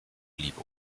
blieb